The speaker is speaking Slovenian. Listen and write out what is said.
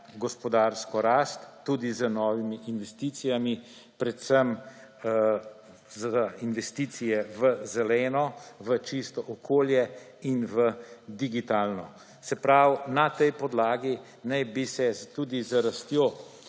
gospodarska rast tudi z novimi investicijami, predvsem z investicijami v zeleno, v čisto okolje in v digitalno. Se pravi, na tej podlagi naj bi se tudi z rastjo